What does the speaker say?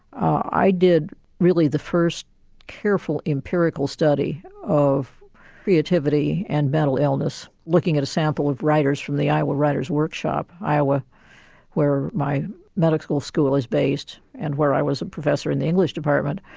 i did really the first careful empirical study of creativity and mental illness looking at a sample of writers from the iowa writers' workshop. iowa where my medical school is based and where i was a professor in the english department.